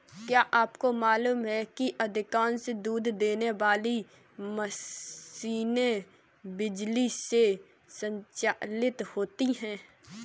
क्या आपको मालूम है कि अधिकांश दूध देने वाली मशीनें बिजली से संचालित होती हैं?